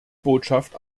botschaft